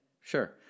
sure